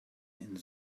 and